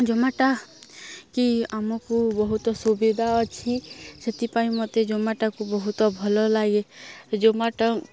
Zomato କି ଆମକୁ ବହୁତ ସୁବିଧା ଅଛି ସେଥିପାଇଁ ମୋତେ ଜୋମାଟୋକୁ ବହୁତ ଭଲ ଲାଗେ ଜୋମାଟୋ